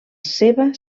seva